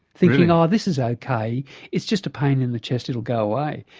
thinking ah this is okay, it's just a pain in the chest, it'll go away.